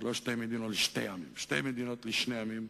ולא "שתי מדינות לשתי עמים" שתי מדינות לשני עמים.